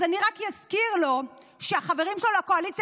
אז אני רק אזכיר לו שהחברים שלו לקואליציה